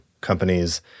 companies